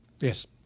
Yes